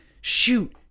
shoot